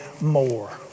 more